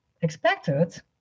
expected